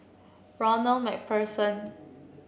Ronald MacPherson